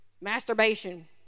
masturbation